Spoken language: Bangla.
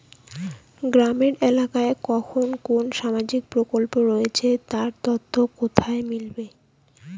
গ্রামের এলাকায় কখন কোন সামাজিক প্রকল্প রয়েছে তার তথ্য কোথায় মিলবে?